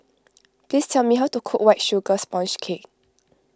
please tell me how to cook White Sugar Sponge Cake